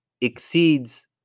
exceeds